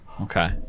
Okay